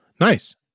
Nice